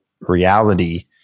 reality